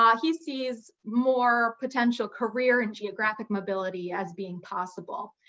um he sees more potential career and geographic mobility as being possible.